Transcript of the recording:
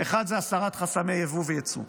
האחד זה הסרת חסמי יבוא ויצוא.